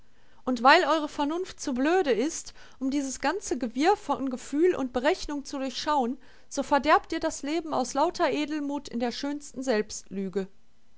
und weil eure vernunft zu blöde ist um dieses ganze gewirr von gefühl und berechnung zu durchschauen so verderbt ihr das leben aus lauter edelmut in der schönsten selbstlüge